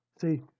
See